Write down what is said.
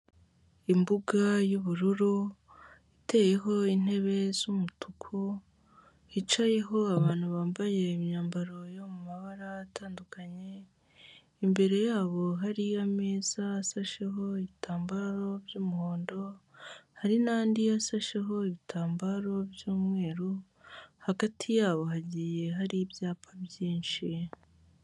Imbuga y'ubururu iteyeho intebe z'umutuku hicayeho abantu bambaye imyambaro yo mu mabara atandukanye, imbere yabo hariyo meza asasheho ibitambaro by'umuhondo hari n'andi asasheho ibitambaro by'umweru hagati yabo hagiye hari ibyapa byinshi.